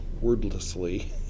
wordlessly